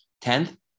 tenth